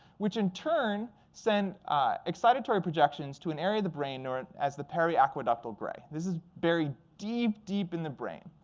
which in turn send excitatory projections to an area of the brain known as the periaqueductal gray. this is buried deep, deep in the brain.